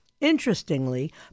Interestingly